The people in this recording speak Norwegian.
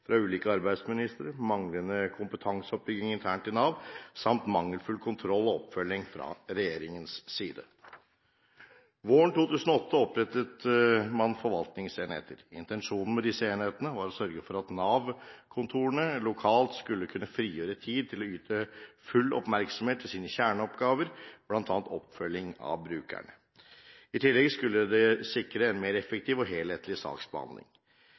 fra ulike arbeidsministre, manglende kompetanseoppbygging internt i Nav samt mangelfull kontroll og oppfølging fra regjeringens side. Våren 2008 opprettet man forvaltningsenheter. Intensjonen med disse enhetene var å sørge for at Nav-kontorene lokalt skulle kunne frigjøre tid til å yte full oppmerksomhet til sine kjerneoppgaver, bl.a. oppfølging av brukerne. I tillegg skulle de sikre en mer effektiv og helhetlig saksbehandling.